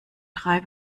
drei